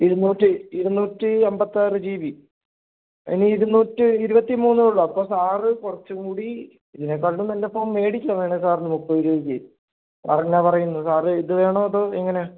ഇരുന്നൂറ്റി ഇരുന്നൂറ്റി അമ്പത്താറ് ജി ബി അതിന് ഇരുന്നൂറ്റി ഇരുപത്തിമൂന്നേയുള്ളൂ അപ്പോൾ സാറ് കുറച്ചുംകൂടി ഇതിനേക്കാളും നല്ല ഫോൺ മേടിക്കാം വേണമെങ്കിൽ സാറിന് മുപ്പത് രൂപയ്ക്ക് സാറെന്നാ പറയുന്നത് സാറ് ഇത് വേണോ അതോ എങ്ങനെ